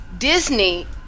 Disney